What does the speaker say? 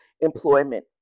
employment